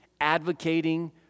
advocating